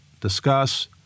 discuss